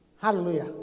hallelujah